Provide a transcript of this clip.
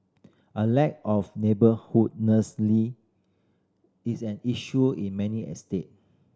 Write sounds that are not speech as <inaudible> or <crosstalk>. a lack of <unintelligible> is an issue in many estate